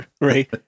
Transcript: Right